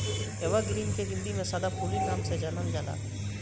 evergreen के हिंदी में सदाफुली नाम से जानल जाला